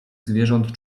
zwierząt